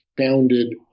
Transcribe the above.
founded